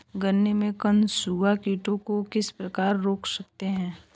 गन्ने में कंसुआ कीटों को किस प्रकार रोक सकते हैं?